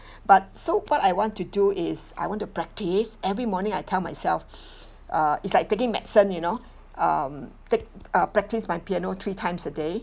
but so what I want to do is I want to practice every morning I tell myself uh it's like taking medicine you know um take uh practise my piano three times a day